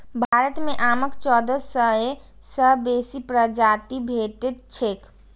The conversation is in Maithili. भारत मे आमक चौदह सय सं बेसी प्रजाति भेटैत छैक